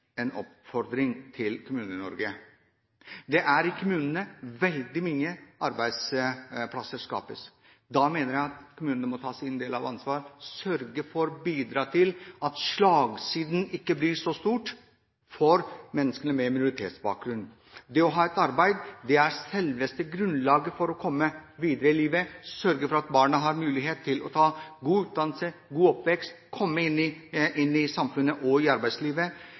oppfordring til Kommune-Norge. Det er i kommunene veldig mange arbeidsplasser skapes. Da mener jeg at kommunene må ta sin del av ansvaret, sørge for å bidra til at slagsiden ikke blir så sterk for mennesker med minoritetsbakgrunn. Det å ha et arbeid er selveste grunnlaget for å komme videre i livet og sørge for at barna får mulighet til å ta god utdannelse, ha en god oppvekst, komme inn i samfunnet og inn i arbeidslivet.